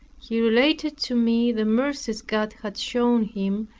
he related to me the mercies god had shown him,